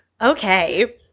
Okay